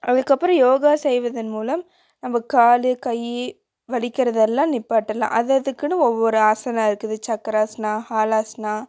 அதுக்கு அப்பறம் யோகா செய்வதன் மூலம் நம்ம கால் கை வலிக்கிறதெல்லாம் நிற்பாட்டலாம் அது அதுக்குனு ஒவ்வொரு ஆசனம் இருக்குது சக்கராசனா ஹாலாசனா